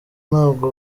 ntabwo